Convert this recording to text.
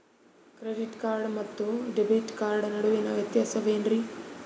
Credit card ಮತ್ತು debit card ನಡುವಿನ ವ್ಯತ್ಯಾಸ ವೇನ್ರೀ?